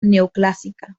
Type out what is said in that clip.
neoclásica